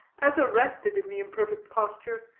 as arrested in the imperfect posture,